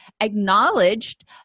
acknowledged